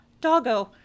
doggo